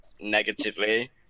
negatively